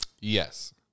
Yes